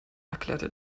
erklärte